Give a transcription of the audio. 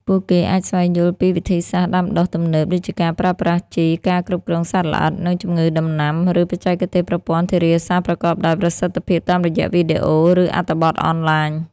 ពួកគេអាចស្វែងយល់ពីវិធីសាស្ត្រដាំដុះទំនើប ដូចជាការប្រើប្រាស់ជី ការគ្រប់គ្រងសត្វល្អិត និងជំងឺដំណាំ ឬបច្ចេកទេសប្រព័ន្ធធារាសាស្រ្តប្រកបដោយប្រសិទ្ធភាព តាមរយៈវីដេអូ ឬអត្ថបទអនឡាញ។